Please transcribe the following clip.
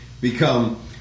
become